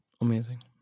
Amazing